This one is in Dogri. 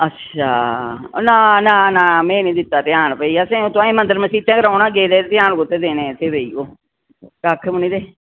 अच्छा नां नां नां में नी दित्ता ध्यान भाई असें तोआईं मंदर मसीदें गै रौह्ना गेदे ध्यान कुत्थै देने कक्ख बी नेईं ते